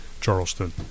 Charleston